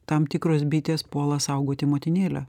tam tikros bitės puola saugoti motinėlę